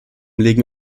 legen